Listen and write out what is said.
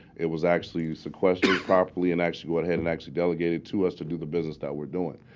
it was actually used to question properly and actually go ahead and actually delegated to us to do the business that we're doing.